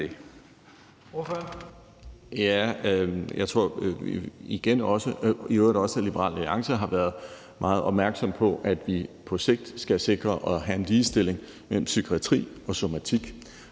Jeg tror også, at Liberal Alliance har været meget opmærksom på, at vi på sigt skal sikre at have en ligestilling mellem psykiatri og somatik,